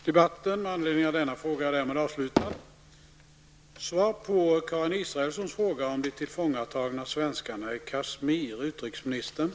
Herr talman! Jag är nöjd med den sista komplettering som utrikesministern gjorde. Jag tackar för svaret.